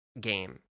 game